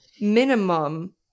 minimum